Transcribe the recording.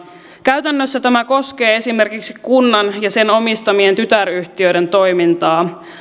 käytännössä tämä koskee esimerkiksi kunnan ja sen omistamien tytäryhtiöiden toimintaa